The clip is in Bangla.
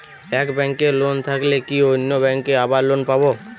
এক ব্যাঙ্কে লোন থাকলে কি অন্য ব্যাঙ্কে আবার লোন পাব?